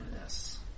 Yes